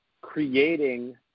creating